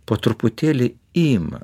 po truputėlį ima